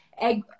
egg